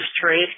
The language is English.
trade